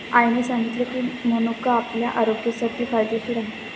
आईने सांगितले की, मनुका आपल्या आरोग्यासाठी फायदेशीर आहे